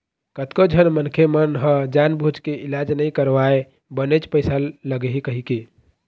कतको झन मनखे मन ह जानबूझ के इलाज नइ करवाय बनेच पइसा लगही कहिके